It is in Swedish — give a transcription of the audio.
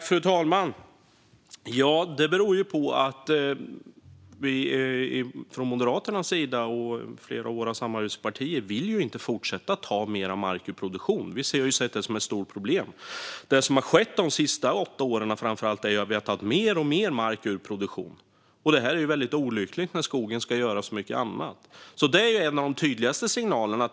Fru talman! Det beror på att vi från Moderaternas sida, och flera av våra samarbetspartier, inte vill fortsätta att ta mer mark ur produktion. Vi har sett detta som ett stort problem. Det som har skett framför allt de senaste åtta åren är att alltmer mark har tagits ur produktion, vilket är väldigt olyckligt när skogen ska göra så mycket annat. Detta är en av de tydligaste signalerna.